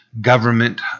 government